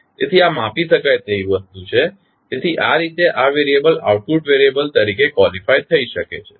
તેથી આ માપી શકાય તેવી વસ્તુ છે તેથી આ રીતે આ વેરીયબલ આઉટપુટ વેરીયબલ તરીકે ક્વોલિફાય થઇ શકે છે